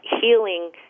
healing